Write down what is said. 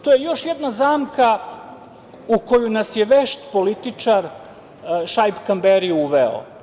To je još jedna zamka u koju nas vešt političar Šaip Kamberi uveo.